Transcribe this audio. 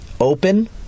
open